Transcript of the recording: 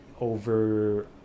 over